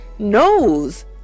knows